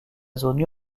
zone